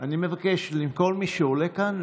כי בתוך ארבעה חודשים תגובש טיוטת חוק שתבטא איזונים